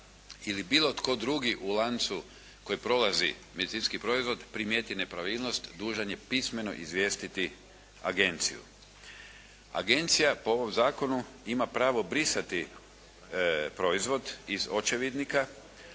ili bilo tko drugi u lancu koji prolazi medicinski proizvod primijeti nepravilnost dužan je pismeno izvijestiti agenciju. Agencija po ovom zakonu ima pravo brisati proizvod iz očevidnika